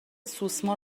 سوسمار